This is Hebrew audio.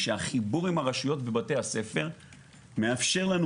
שהחיבור עם הרשויות ובתי הספר מאפשר לנו